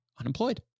unemployed